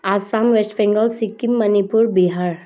Assam West Bengal Sikkim Manipur Bihar